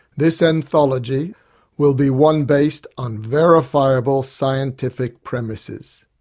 this anthology will be one based on verifiable scientific premises.